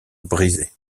brisés